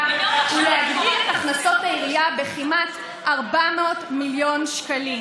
ולהגדיל את הכנסות העירייה בכמעט 400 מיליון שקלים.